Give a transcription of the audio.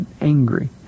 angry